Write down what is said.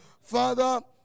Father